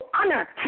honor